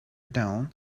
dawn